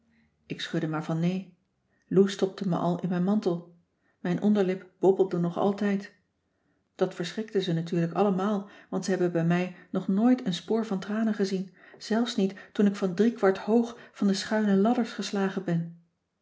ik schudde maar van nee lou stopte me al in mijn mantel mijn onderlip bobbelde nog altijd dat verschrikte ze natuurlijk allemaal want ze hebben bij mij nog nooit een spoor van tranen gezien zelfs niet toen ik van driekwart hoog van de schuine ladders geslagen ben